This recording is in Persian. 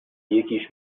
یکیش